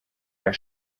der